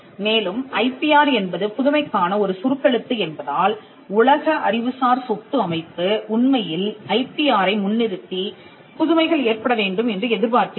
மேலும் I P R என்பது புதுமைக்கான ஒரு சுருக்கெழுத்து என்பதால் உலக அறிவுசார் சொத்து அமைப்பு உண்மையில் ஐபிஆரை முன்னிறுத்திப் புதுமைகள் ஏற்பட வேண்டும் என்று எதிர்பார்க்கிறது